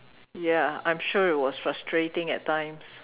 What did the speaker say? ya I'm sure it was frustrating at times